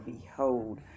behold